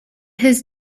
his